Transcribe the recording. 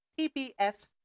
PBS